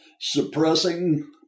suppressing